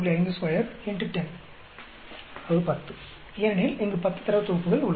52 X 10 ஏனெனில் இங்கு 10 தரவுத் தொகுப்புகள் உள்ளன